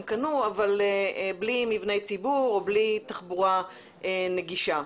קנו אבל בלי מבני ציבור ובלי תחבורה נגישה.